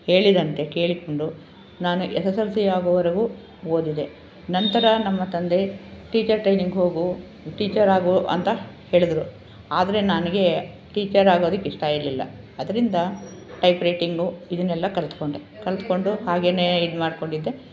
ಹೇಳಿದಂತೆ ಕೇಳಿಕೊಂಡು ನಾನು ಎಸ್ ಎಸ್ ಎಲ್ ಸಿ ಆಗೋವರೆಗೂ ಓದಿದೆ ನಂತರ ನಮ್ಮ ತಂದೆ ಟೀಚರ್ ಟ್ರೈನಿಂಗ್ ಹೋಗು ಟೀಚರಾಗು ಅಂತ ಹೇಳಿದ್ರು ಆದರೆ ನನಗೆ ಟೀಚರಾಗೋದಿಕ್ಕೆ ಇಷ್ಟ ಇರಲಿಲ್ಲ ಆದ್ದರಿಂದ ಟೈಪ್ರೈಟಿಂಗು ಇದನ್ನೆಲ್ಲ ಕಲ್ತುಕೊಂಡೆ ಕಲ್ತುಕೊಂಡು ಹಾಗೆಯೇ ಇದು ಮಾಡಿಕೊಂಡಿದ್ದೆ